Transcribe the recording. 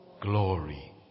glory